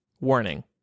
warning